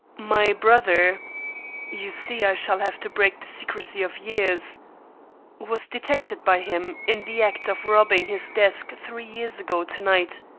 my brother you see i shall have to break the secrecy of years was detected by him in the act of robbing his desk three years ago to-night,